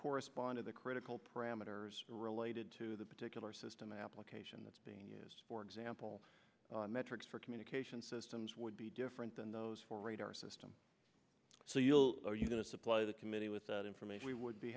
correspond to the critical parameters related to the particular system application that's being used for example metrics for communication systems would be different than those for radar system so you're going to supply the committee with that information we would be